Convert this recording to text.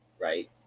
right